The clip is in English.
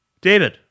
David